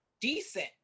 decent